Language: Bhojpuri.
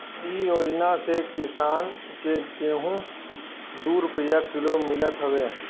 इ योजना से किसान के गेंहू दू रूपिया किलो मितल हवे